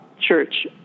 church